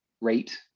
rate